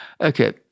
Okay